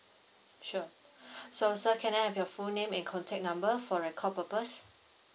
sure so sir can I have your full name and contact number for record purpose